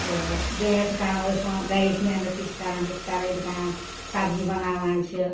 تہٕ بیٚیہِ حظ چھِ کران أسۍ وۄنۍ گَرٕچ محنت تہِ چھِ کران ہُہ تہِ کران یہِ تہِ کران سبزی بناوان چھِ